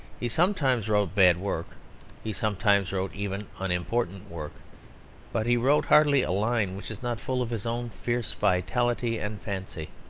he sometimes wrote bad work he sometimes wrote even unimportant work but he wrote hardly a line which is not full of his own fierce vitality and fancy.